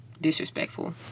disrespectful